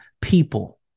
people